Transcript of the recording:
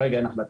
כרגע אין החלטה.